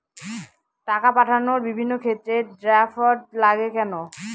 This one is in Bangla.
টাকা পাঠানোর বিভিন্ন ক্ষেত্রে ড্রাফট লাগে কেন?